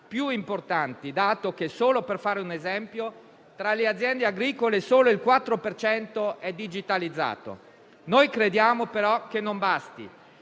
più importanti, dato che, solo per fare un esempio, tra le aziende agricole solo il 4 per cento è digitalizzato. Crediamo però che non basti: